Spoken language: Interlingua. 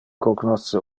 cognosce